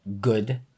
good